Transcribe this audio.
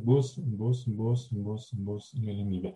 bus bus bus bus bus galimybė